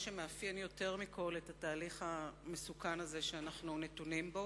שמאפיין יותר מכול את התהליך המסוכן הזה שאנחנו נתונים בו,